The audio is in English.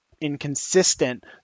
inconsistent